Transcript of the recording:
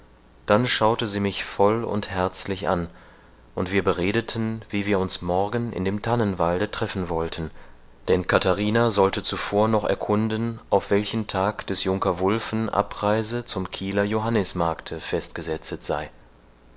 dann schaute sie mich voll und herzlich an und wir beredeten wie wir uns morgen in dem tannenwalde treffen wollten denn katharina sollte noch zuvor erkunden auf welchen tag des junker wulfen abreise zum kieler johannismarkte festgesetzet sei